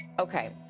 Okay